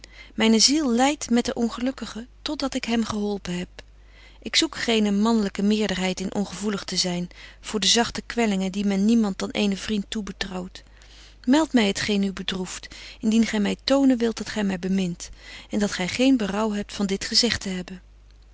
myne ziel lydt met den ongelukkigen tot dat ik hem geholpen heb ik zoek geene manlyke meerderheid in ongevoelig te zyn voor de zagte kwellingen die men niemand dan eenen vriend toebetrouwt meldt my het geen u bedroeft indien gy my tonen wilt dat gy my bemint en dat gy geen berouw hebt van dit gezegt te hebben